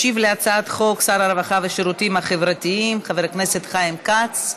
ישיב על הצעת החוק שר הרווחה והשירותים החברתיים חבר הכנסת חיים כץ.